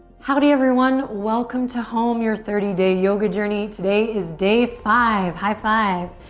howdy everyone. welcome to home, your thirty day yoga journey. today is day five. high five.